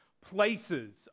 Places